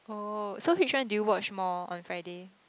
oh so which one do you watch more on Friday